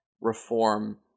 reform